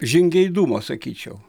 žingeidumo sakyčiau